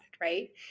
right